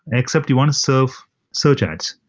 except you want to serve search ads.